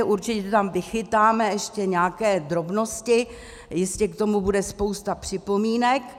Určitě tam vychytáme ještě nějaké drobnosti, jistě k tomu bude spousta připomínek.